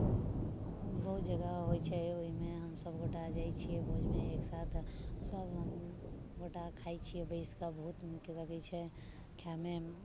बहुत जगह होइत छै ओहिमे हम सभगोटाए जाइत छियै भोजमे एकसाथ सभ हम गोटा खाइत छियै बैसि कऽ बहुत नीक लगैत छै खायमे